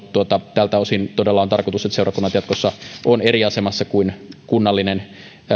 tältä osin todella on tarkoitus että seurakunnat jatkossa ovat eri asemassa kuin kunnallinen